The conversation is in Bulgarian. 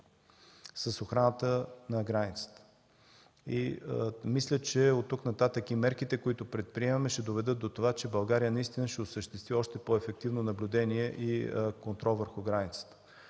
с охраната на границата. И мисля, че оттук нататък и мерките, които предприемаме, ще доведат до това, че България наистина ще осъществи още по-ефективно наблюдение и контрол върху границата.